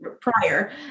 prior